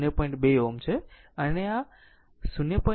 2 Ω છે આ 0